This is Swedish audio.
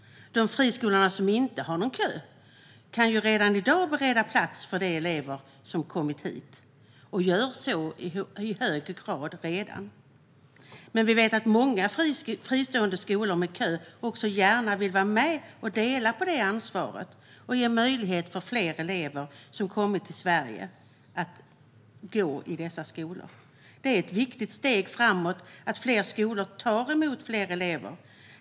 De friskolor som inte har någon kö kan redan i dag bereda plats för de elever som kommit hit, och de gör så i hög grad. Men vi vet att även många fristående skolor med kö gärna vill vara med och dela på ansvaret och ge fler elever som kommit till Sverige möjlighet att gå i dessa skolor. Det är ett viktigt steg framåt att fler skolor tar emot fler elever.